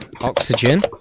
Oxygen